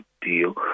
deal